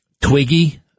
Twiggy